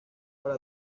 para